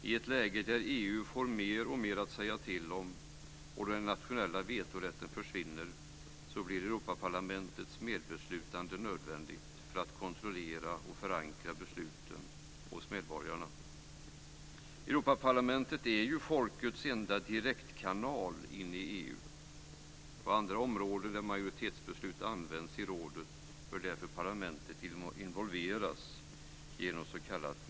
I ett läge där EU får mer och mer att säga till om och då den nationella vetorätten försvinner blir Europaparlamentets medbeslutande nödvändigt för att kontrollera och förankra besluten hos medborgarna. Europaparlamentet är ju folkets enda direktkanal in i EU. På andra områden där majoritetsbeslut används i rådet bör därför parlamentet involveras genom s.k.